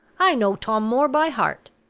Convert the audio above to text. i know tom moore by heart.